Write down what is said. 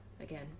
again